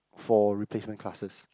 for replacement classes